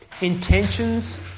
intentions